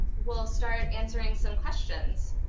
we'll start answering some questions.